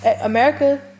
America